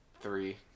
Three